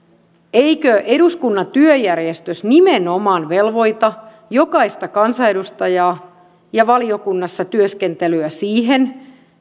eikö eduskunnan työjärjestys nimenomaan velvoita jokaista kansanedustajaa ja valiokunnassa työskentelyä siihen